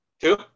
Two